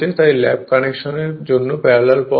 তাই ল্যাপ কানেকশনের জন্য প্যারালাল পথ হবে A P 6